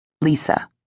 Lisa